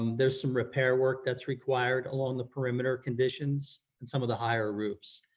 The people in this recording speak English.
um there's some repair work that's required along the perimeter conditions and some of the higher roofs.